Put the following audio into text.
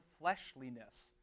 fleshliness